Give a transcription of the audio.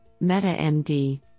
meta-MD